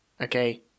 Okay